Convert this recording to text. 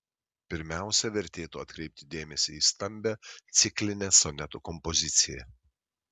pirmiausia vertėtų atkreipti dėmesį į stambią ciklinę sonetų kompoziciją